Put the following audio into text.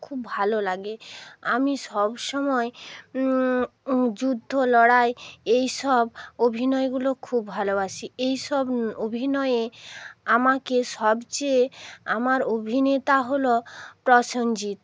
খুব ভালো লাগে আমি সব সময় যুদ্ধ লড়াই এই সব অভিনয়গুলো খুব ভালোবাসি এই সব অভিনয়ে আমাকে সবচেয়ে আমার অভিনেতা হলো প্রসেনজিৎ